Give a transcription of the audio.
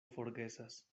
forgesas